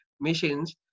machines